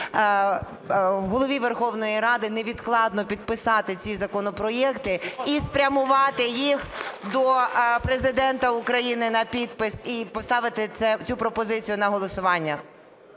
Голові Верховної Ради невідкладно підписати ці законопроекти і спрямувати їх до Президента України на підпис, і поставити цю пропозицію на голосування.